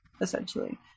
essentially